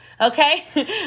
Okay